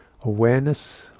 awareness